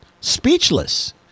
speechless